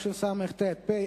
התשס"ט 2009,